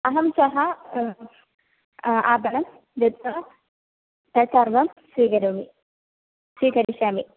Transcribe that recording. अहं श्वः आपणं गत्वा तत्सर्वं स्वीकरोमि स्वीकरिष्यामि